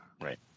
Right